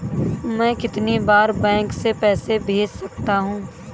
मैं कितनी बार बैंक से पैसे भेज सकता हूँ?